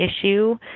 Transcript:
issue